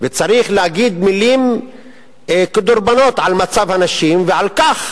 וצריך להגיד מלים כדרבונות על מצב הנשים ועל כך